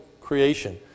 creation